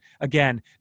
again